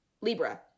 Libra